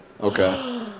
Okay